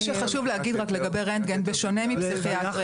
מה שחשוב להגיד לגבי רנטגן: בשונה מפסיכיאטריה